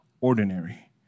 ordinary